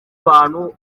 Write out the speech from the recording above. abantu